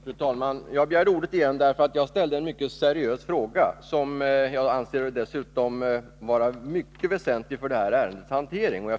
Fru talman! Jag begärde ordet igen därför att jag ställde en mycket seriös fråga, som jag anser mycket väsentlig för det här ärendets hantering.